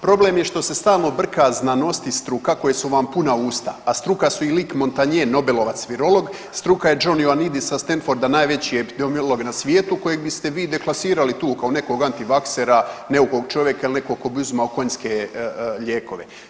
Problem je što se stalno brka znanost i struka koji su vam puna usta, a struka su i Luc Montagnier nobelovac virolog, struka je John Ioannidis sa Stanforda najveći epidemiolog na svijetu kojeg biste vi deklasirali tu kao nekog antivaksera, neukog čovjeka ili nekog tko bi uzimao konjske lijekove.